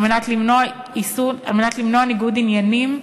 כדי למנוע ניגוד עניינים,